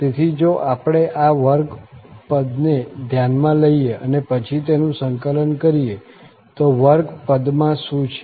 તેથી જો આપણે આ વર્ગ પદને ધ્યાનમાં લઈએ અને પછી તેનું સંકલન કરીએ તો વર્ગ પદમાં શું છે